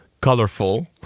colorful